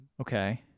Okay